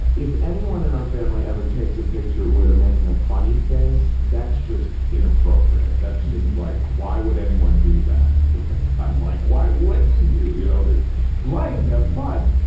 ah if anyone in our family ever takes a picture where they're making a funny face, that's just inappropriate. that's just like, why would anyone do that? whereas i'm like, why wouldn't you? you know, that's life, have fun.